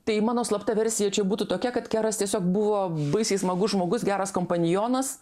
tai mano slapta versija čia būtų tokia kad keras tiesiog buvo baisiai smagus žmogus geras kompanionas